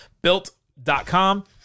built.com